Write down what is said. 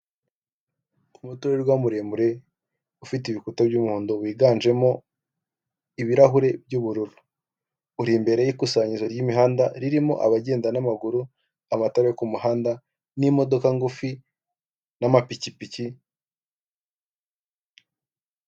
Umuturirwa muremure ufite ibikuta by'umuhondo wiganjemo ibirahuri by'ubururu uri imbere y'ikusanyizo ry'imihanda ririmo abagenda n'amaguru, amatara ku muhanda n'imodoka ngufi n'amapikipiki.